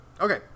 okay